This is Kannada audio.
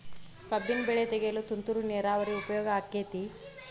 ಕಬ್ಬಿನ ಬೆಳೆ ತೆಗೆಯಲು ತುಂತುರು ನೇರಾವರಿ ಉಪಯೋಗ ಆಕ್ಕೆತ್ತಿ?